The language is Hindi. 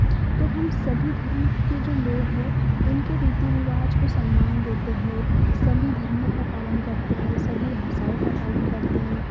तो हम सभी धर्म के जो लोग हैं उनके रीति रिवाज़ को सम्मान देते हैं सभी धर्मों का पालन करते हैं सभी भाषाओं का पालन करते हैं